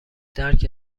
درک